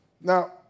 Now